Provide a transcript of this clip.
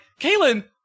Kaylin